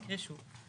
אני אקריא שוב.